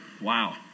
Wow